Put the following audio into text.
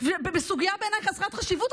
בסוגיה שבעיניי היא חסרת חשיבות,